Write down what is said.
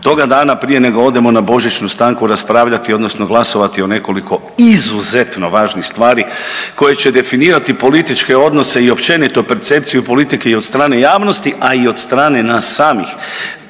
toga dana prije nego što odemo na božićnu stanku raspravljati odnosno glasovati o nekoliko izuzetno važnih stvari koje će definirati političke odnose i općenito percepciju politike i od strane javnosti, a i od strane nas samih.